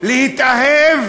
להתאהב